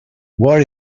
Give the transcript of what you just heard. what